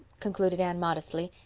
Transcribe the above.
concluded anne modestly,